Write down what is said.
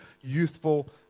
youthful